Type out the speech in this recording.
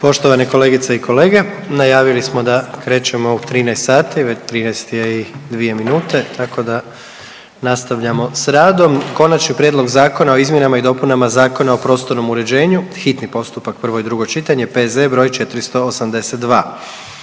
Poštovane kolegice i kolege najavili smo da krećemo u 13 sati, 13 je i 2 minute tako da nastavljamo s radom. - Konačni prijedlog Zakona o izmjenama i dopunama Zakona o prostornom uređenju, hitni postupak, prvo i drugo čitanje, P.Z. 482